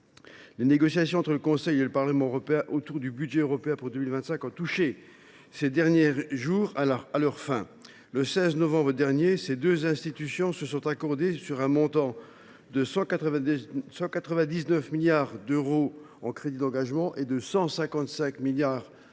Les négociations entre le Conseil et le Parlement européen autour du budget européen pour 2025 ont touché à leur fin ces derniers jours. Le 16 novembre dernier, ces deux institutions se sont accordées sur un montant de 199 milliards d’euros en crédits d’engagement et de 155 milliards d’euros